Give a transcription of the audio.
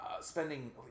spending